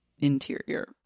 interior